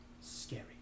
scary